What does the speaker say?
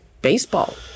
baseball